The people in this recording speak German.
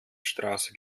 straße